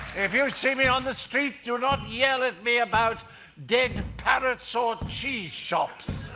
if you see me on the street, do not yell at me about dead parrots or cheese shops.